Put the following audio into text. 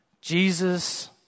Jesus